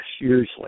usually